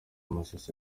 masisi